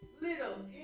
little